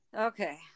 okay